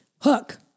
Hook